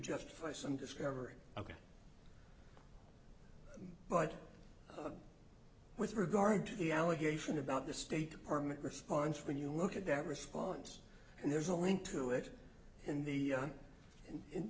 justify some discovery ok but with regard to the allegation about the state department response when you look at that response and there's a link to it in the un and in